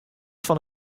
fan